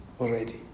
already